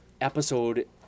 episode